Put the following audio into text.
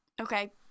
Okay